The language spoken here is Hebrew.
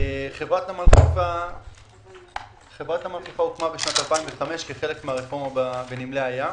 חברת נמל חיפה הוקמה בשנת 2005 כחלק מהרפורמה בנמלי הים.